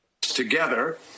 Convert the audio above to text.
Together